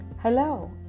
Hello